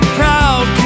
proud